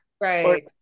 Right